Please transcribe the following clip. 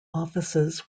offices